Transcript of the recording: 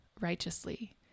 righteously